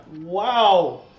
Wow